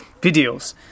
videos